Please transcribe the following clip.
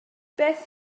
beth